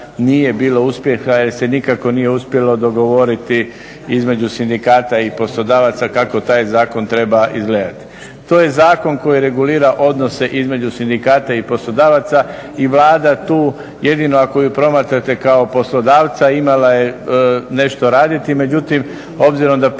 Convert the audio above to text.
nije bilo uspjeha jer se nikako nije uspjelo dogovoriti između sindikata i poslodavaca kako taj zakon treba izgledati. To je zakon koji regulira odnose između sindikata i poslodavaca i Vlada tu jedino ako ju promatrate kao poslodavca imala je nešto raditi, međutim obzirom da 15 godina